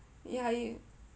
ya you